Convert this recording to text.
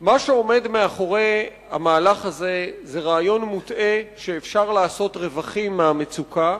מה שעומד מאחורי המהלך הזה זה רעיון מוטעה שאפשר לעשות רווחים מהמצוקה,